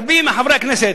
רבים מחברי הכנסת,